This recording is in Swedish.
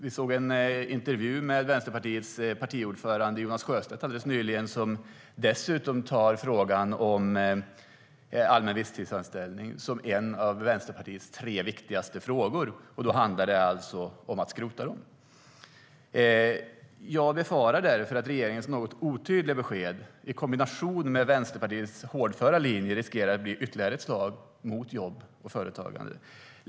Vi såg alldeles nyligen en intervju med Vänsterpartiets partiordförande Jonas Sjöstedt, som dessutom ser frågan om allmän visstidsanställningar som en av Vänsterpartiets tre viktigaste frågor. Då handlar det alltså om att skrota dem. Jag befarar därför att regeringens något otydliga besked i kombination med Vänsterpartiets hårdföra linje riskerar att bli ytterligare ett slag mot jobb och företagande.